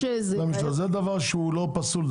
זה דבר שהוא לא פסול,